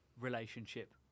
relationship